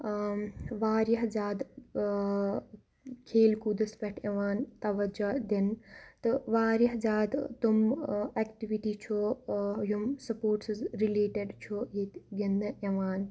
واریاہ زیادٕ کھیل کوٗدَس پٮ۪ٹھ یِوان توجہ دِنہٕ تہٕ واریاہ زیادٕ تِم ایٚکٹِوِٹی چھُ یِم سپوٹسٕز رِلیٹِڈ چھُ ییٚتہِ گِنٛدنہٕ یِوان